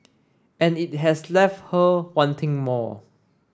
and it has left her wanting more